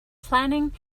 planning